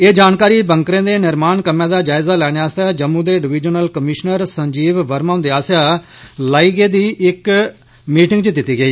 एह् जानकारी बंकरें दे निर्माण कम्मै दा जायजा लैने आस्तै जम्मू दे डिवीजनल कमीशनर संजीव वर्मा हुंदे आस्सेआ लाई गेदी डिप्टी कमीशनरें दी मीटिंग च दित्ती गेई